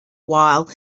while